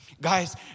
Guys